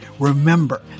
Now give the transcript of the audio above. Remember